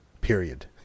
period